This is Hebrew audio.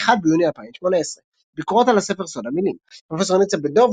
1 ביוני 2018 ביקורות על הספר "סוד המילים" פרופ' ניצה בן-דב,